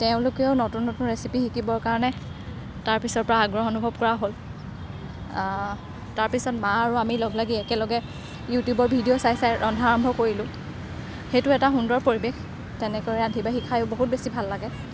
তেওঁলোকেও নতুন নতুন ৰেচিপি শিকিবৰ কাৰণে তাৰপিছৰ পৰা আগ্ৰহ অনুভৱ কৰা হ'ল তাৰপিছত মা আৰু আমি লগলাগি একেলগে ইউটিউবৰ ভিডিঅ' চাই চাই ৰন্ধা আৰম্ভ কৰিলোঁ সেইটো এটা সুন্দৰ পৰিৱেশ তেনেকৈ ৰান্ধি বাঢ়ি খাইও বহুত বেছি ভাল লাগে